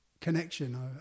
connection